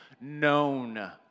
known